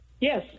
Yes